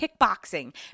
kickboxing